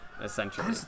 essentially